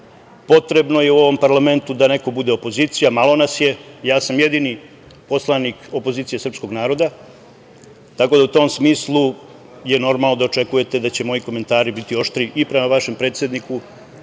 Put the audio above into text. potrebno je u ovom parlamentu da neko bude opozicija. Malo nas je. Ja sam jedini poslanik opozicije srpskog naroda, tako da u tom smislu je normalno da očekujete da će moji komentari biti oštriji i prema vašem predsedniku